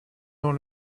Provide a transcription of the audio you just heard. dans